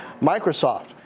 Microsoft